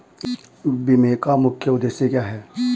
बीमा का मुख्य उद्देश्य क्या है?